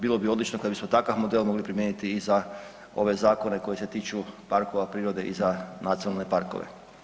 Bilo bi odlično kada bismo takav model mogli primijeniti i za ove zakone koji se tiču parkove prirode i za nacionalne parkove.